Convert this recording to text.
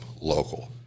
local